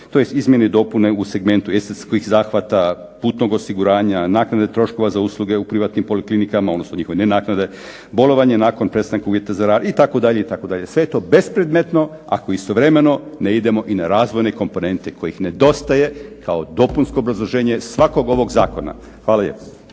tj. izmjeni dopune u segmentu estetskih zahvata, putnog osiguranja, naknade troškova za usluge u privatnim poliklinikama, odnosno njihove nenaknade, bolovanje nakon prestanka uvjeta za rad, itd., itd. Sve je to bespredmetno, ako istovremeno ne idemo i na razvojne komponente kojih nedostaje kao dopunsko obrazloženje svakog ovog zakona. Hvala lijepo.